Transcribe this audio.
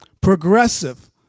Progressive